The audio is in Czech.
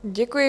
Děkuji.